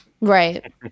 right